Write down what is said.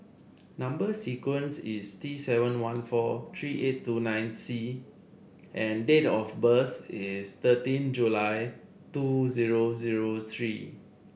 number sequence is T seven one four three eight two nine C and date of birth is thirteen July two zero zero three